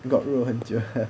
god role 很久